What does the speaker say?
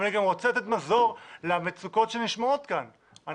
אבל אני גם רוצה לתת מזור למצוקות שנשמעות כאן.